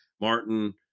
Martin